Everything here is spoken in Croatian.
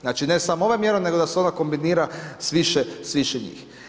Znači ne samo ova mjera, nego da se ona kombinira sa više njih.